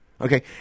Okay